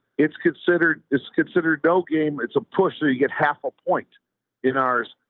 it's considered, it's considered bell game, it's a push. so you get half a point in ours.